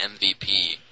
MVP